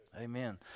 Amen